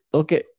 okay